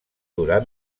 durar